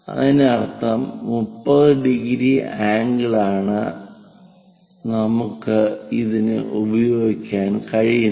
അതിനർത്ഥം 30° ആംഗിൾ ആണ് നമുക്ക് ഇതിനു ഉപയോഗിക്കാൻ കഴിയുന്നത്